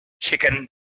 Chicken